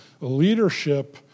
leadership